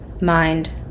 mind